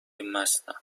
مستم